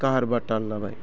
काहारबा ताल लाबाय